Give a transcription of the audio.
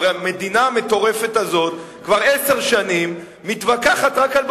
הרי המדינה המטורפת הזאת כבר עשר שנים מתווכחת רק על בקבוקים.